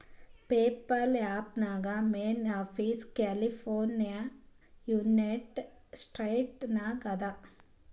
PayPal ಆ್ಯಪ್ದು main office California United States ನಾಗ್ ಅದಾ